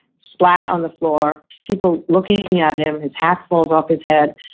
splat on the floor, people looking at him, his hat falls off his head,